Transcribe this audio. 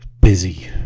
Busy